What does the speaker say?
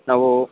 ನಾವು